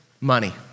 money